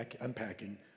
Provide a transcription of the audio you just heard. unpacking